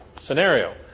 scenario